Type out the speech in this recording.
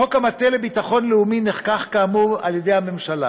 חוק המטה לביטחון לאומי נחקק כאמור על ידי הממשלה,